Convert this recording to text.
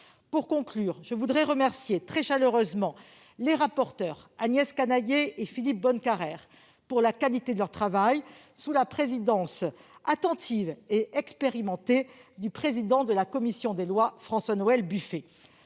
nos concitoyens. Je voudrais remercier très chaleureusement les rapporteurs Agnès Canayer et Philippe Bonnecarrère de la qualité de leur travail, sous la présidence attentive et expérimentée du président de la commission des lois, François-Noël Buffet.